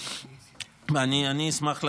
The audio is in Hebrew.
אני אשמח לדעת,